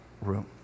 room